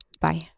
Bye